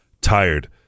tired